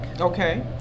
Okay